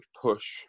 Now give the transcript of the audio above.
push